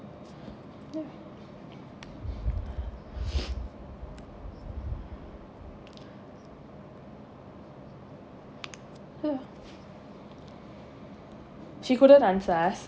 she couldn't answer us